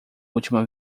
última